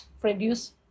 produce